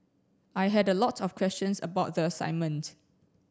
I had a lot of questions about the assignment